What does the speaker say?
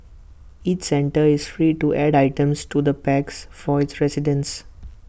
each centre is free to add items to the packs for its residents